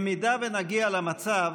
אם נגיע למצב